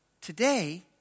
Today